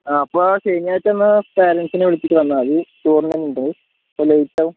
ആ അപ്പോൾ ശനിയാഴ്ച എന്നാൽ പാരെൻ്റ്സിനെ വിളിച്ചിട്ട് വന്നാൽ മതി ടൂർണമെൻ്റുണ്ട് അപ്പോൾ ലേറ്റ് ആവും